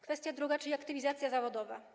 Kwestia druga, czyli aktywizacja zawodowa.